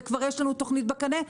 וכבר יש לנו תוכנית בקנה,